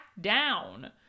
down